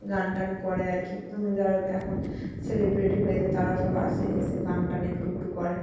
গান টান করে আর কি যারা এখন সেলিব্রেটি হয়েছে তারা সব আসে এসে গান টান একটু একটু করে